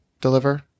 deliver